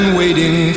waiting